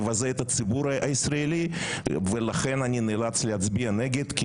מבזה את הציבור הישראלי ולכן אני נאלץ להצביע נגד.